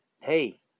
hey